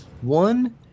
One